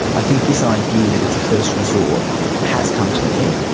i think this idea that it's a first resort has come to an end.